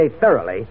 thoroughly